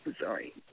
Sorry